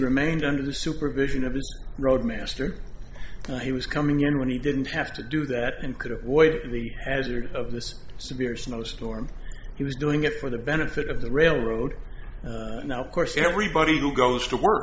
under the supervision of the roadmaster he was coming in when he didn't have to do that and could avoid the hazard of this severe snowstorm he was doing it for the benefit of the railroad now of course everybody who goes to work